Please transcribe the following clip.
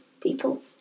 people